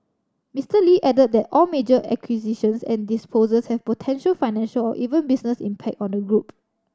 Mister Lee added that all major acquisitions and disposals have potential financial or even business impact on the group